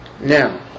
Now